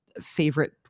favorite